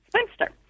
spinster